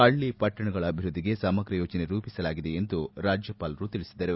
ಹಳ್ಳಿಪಟ್ಟಣಗಳ ಅಭಿವೃದ್ಧಿಗೆ ಸಮಗ್ರ ಯೋಜನೆ ರೂಪಿಸಲಾಗಿದೆ ಎಂದು ರಾಜ್ಯಪಾಲರು ತಿಳಿಸಿದರು